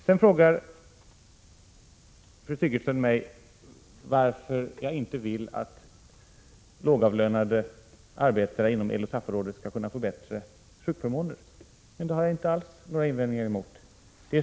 Så frågar fru Sigurdsen mig varför jag inte vill att lågavlönade arbetare inom LO-SAF-området skall få bättre sjukförmåner. Det har jag inte alls några invändningar emot.